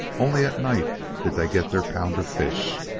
only at night did they get their pound of fish.